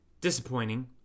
disappointing